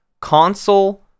console